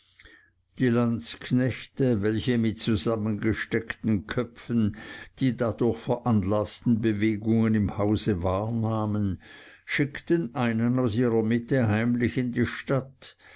die landsknechte welche mit zusammengesteckten köpfen die dadurch veranlaßten bewegungen im hause wahrnahmen schickten einen aus ihrer mitte heimlich in die stadt